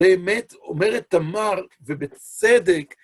באמת, אומרת תמר, ובצדק,